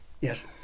yes